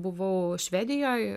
buvau švedijoj